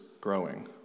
growing